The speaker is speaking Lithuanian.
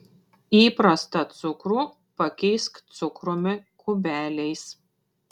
įprastą cukrų pakeisk cukrumi kubeliais